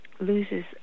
loses